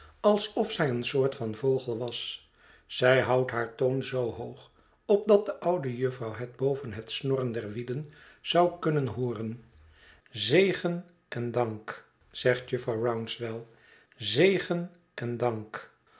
alsof zij een soort van vogel was zij houdt haar toon zoo hoog opdat de oude jufvrouw het boven het snorren der wielen zou kunnen hooren zegen en dank zegt jufvrouw rouncewell zegen en dank